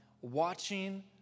watching